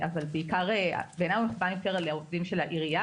בעיניי הוא מכוון יותר לעובדים של העירייה